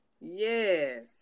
Yes